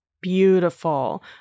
Beautiful